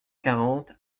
quarante